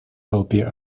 толпе